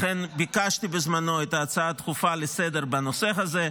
לכן ביקשתי בזמנו את ההצעה הדחופה לסדר-היום בנושא הזה,